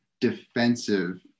defensive